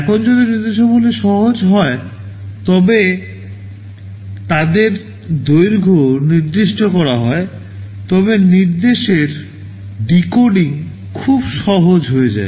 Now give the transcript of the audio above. এখন যদি নির্দেশাবলী সহজ হয় তবে তাদের দৈর্ঘ্য নির্দিষ্ট করা হয় তবে নির্দেশের ডিকোডিং খুব সহজ হয়ে যায়